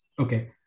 Okay